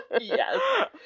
Yes